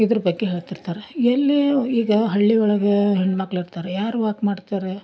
ಇದ್ರ ಬಗ್ಗೆ ಹೇಳ್ತಿರ್ತಾರೆ ಎಲ್ಲಿ ಈಗ ಹಳ್ಳಿ ಒಳಗೆ ಹೆಣ್ಮಕ್ಳು ಇರ್ತಾರೆ ಯಾರು ವಾಕ್ ಮಾಡ್ತಾರೆ